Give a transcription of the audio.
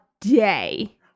day